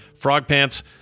frogpants